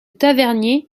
tavernier